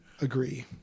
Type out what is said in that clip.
agree